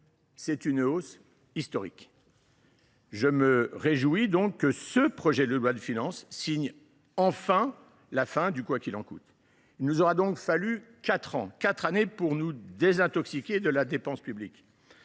soit une hausse historique. Je me réjouis que ce projet de loi de finances signe, enfin, la fin du « quoi qu’il en coûte ». Il aura fallu quatre ans pour nous désintoxiquer de la dépense publique.